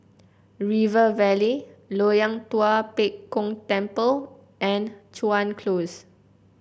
River Valley Loyang Tua Pek Kong Temple and Chuan Close